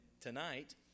tonight